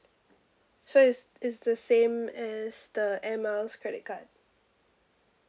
so is is the same as the air miles credit card